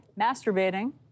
masturbating